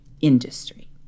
industry